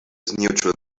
neutral